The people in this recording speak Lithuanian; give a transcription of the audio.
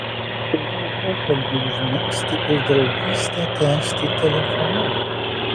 o jei pokalbį užmegzti ir draugystę tęsti telefonu